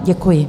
Děkuji.